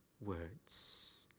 Words